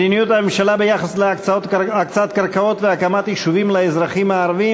מדיניות הממשלה ביחס להקצאת קרקעות והקמת יישובים לאזרחים הערבים,